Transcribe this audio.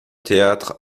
théâtre